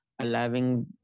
allowing